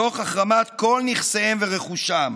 תוך החרמת כל נכסיהם ורכושם.